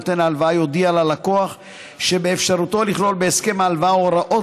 נותן ההלוואה יודיע ללקוח שבאפשרותו לכלול בהסכם ההלוואה הוראות